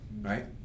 right